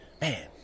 man